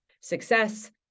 success